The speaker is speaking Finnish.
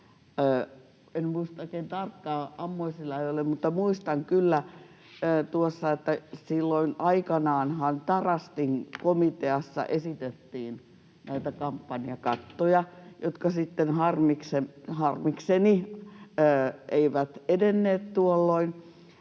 En muista oikein tarkkaan ammoisille ajoille, mutta muistan kyllä, että silloin aikanaanhan Tarastin komiteassa esitettiin näitä kampanjakattoja, jotka sitten harmikseni eivät edenneet tuolloin.